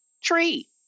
tree